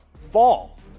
Fall